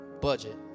budget